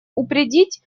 упредить